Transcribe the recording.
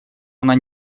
она